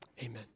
amen